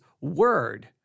word